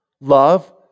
love